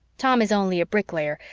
tom is only a bricklayer,